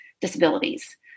disabilities